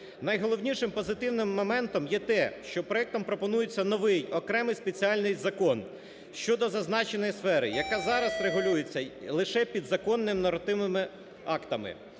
Найголовнішим позитивним моментом є те, що проектом пропонується новий, окремий спеціальний закон щодо зазначеної сфери, яка зараз регулюється лише підзаконними нормативними актами.